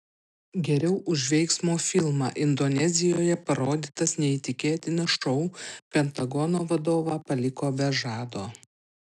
geriau už veiksmo filmą indonezijoje parodytas neįtikėtinas šou pentagono vadovą paliko be žado